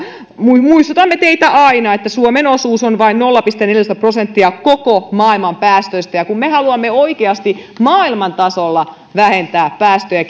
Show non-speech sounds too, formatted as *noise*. muistutamme teitä aina että suomen osuus on vain nolla pilkku neljätoista prosenttia koko maailman päästöistä ja kun me haluamme oikeasti maailman tasolla vähentää päästöjä *unintelligible*